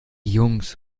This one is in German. jungs